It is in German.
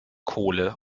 kohle